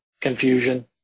confusion